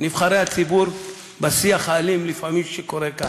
נבחרי הציבור, בשיח האלים, לפעמים, שקורה כאן?